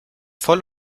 voll